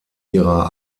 ihrer